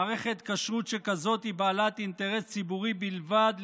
מערכת כשרות כזאת היא בעלת אינטרס ציבורי בלבד,